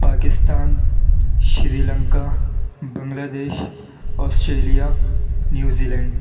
Pakistan Sri Lanka Bangladesh Australia New Zealand